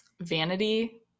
vanity